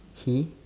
he